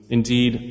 Indeed